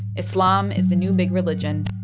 islam is the new big religion.